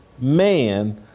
man